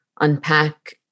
unpack